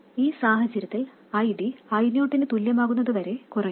ഈ സാഹചര്യത്തിൽ ID I0നു തുല്യമാകുന്നതുവരെ കുറയുന്നു